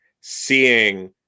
seeing